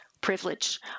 Privilege